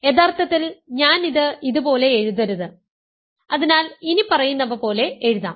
യഥാർത്ഥത്തിൽ ഞാൻ ഇത് ഇതുപോലെ എഴുതരുത് അതിനാൽ ഇനിപ്പറയുന്നവ പോലെ എഴുതാം